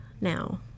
now